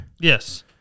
Yes